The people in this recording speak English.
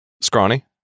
Scrawny